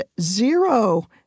zero—